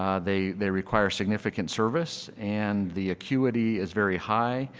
um they they require significant service and the acuity is very high.